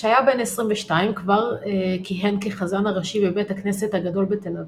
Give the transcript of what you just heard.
כשהיה בן 22 כבר כיהן כחזן הראשי בבית הכנסת הגדול בתל אביב,